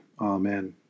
Amen